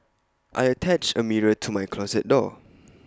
I attached A mirror to my closet door